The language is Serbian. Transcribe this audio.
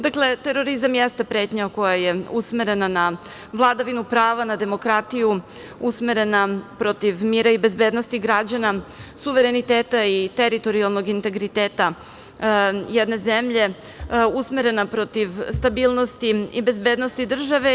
Dakle, terorizam jeste pretnja koja je usmerena na vladavinu prava, na demokratiju, usmerena protiv mira i bezbednosti građana, suvereniteta i teritorijalnog integriteta jedne zemlje, usmerena protiv stabilnosti i bezbednosti države.